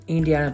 India